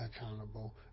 accountable